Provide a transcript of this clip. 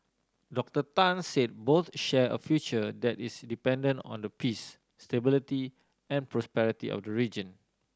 Doctor Tan said both share a future that is dependent on the peace stability and prosperity of the region